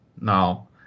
Now